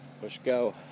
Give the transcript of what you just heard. push-go